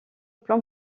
plan